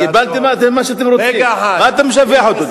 קיבלתם אתם מה שאתם רוצים, מה אתה משבח אותו?